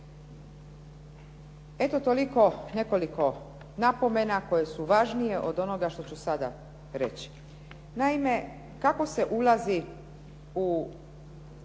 Eto toliko nekoliko napomena koje su važnije od onoga što ću sada reći. Naime, kako se ulazi u